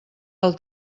del